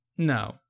No